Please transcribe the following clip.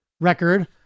record